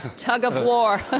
tug-of-war.